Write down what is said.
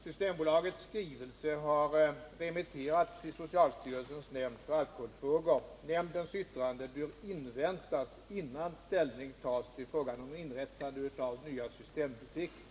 Systembolagets skrivelse har remitterats till socialstyrelsens nämnd för alkoholfrågor. Nämndens yttrande bör inväntas innan ställning tas till frågan om inrättandet av nya systembutiker.